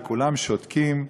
וכולם שותקים.